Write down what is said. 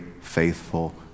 faithful